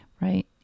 right